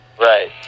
Right